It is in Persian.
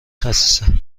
خسیسه